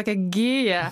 tokią giją